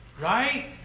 Right